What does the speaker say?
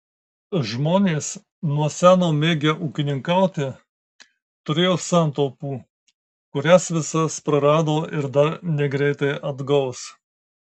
žmonės nuo seno mėgę ūkininkauti turėjo santaupų kurias visas prarado ir dar negreitai atgaus